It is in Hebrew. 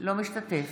לא משתתף.